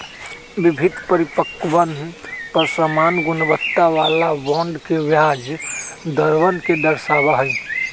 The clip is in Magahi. विभिन्न परिपक्वतवन पर समान गुणवत्ता वाला बॉन्ड के ब्याज दरवन के दर्शावा हई